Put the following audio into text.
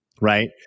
right